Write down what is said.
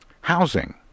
housing